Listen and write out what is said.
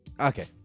Okay